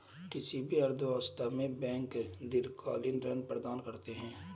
किसी भी अर्थव्यवस्था में बैंक दीर्घकालिक ऋण प्रदान करते हैं